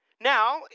Now